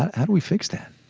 how do we fix that?